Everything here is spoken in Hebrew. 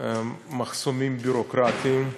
מחסומים ביורוקרטיים.